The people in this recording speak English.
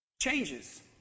Changes